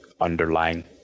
underlying